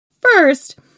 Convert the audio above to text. First